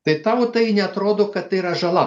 tai tau tai neatrodo kad tai yra žala